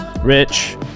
rich